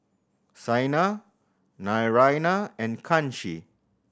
Saina Naraina and Kanshi